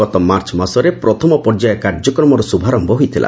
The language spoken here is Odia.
ଗତ ମାର୍ଚ୍ଚ ମାସରେ ପ୍ରଥମ ପର୍ଯ୍ୟାୟ କାର୍ଯ୍ୟକ୍ରମର ଶୁଭାରମ୍ଭ ହୋଇଥିଲା